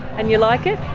and you like it?